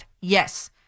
Yes